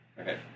Okay